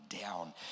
down